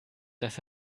dass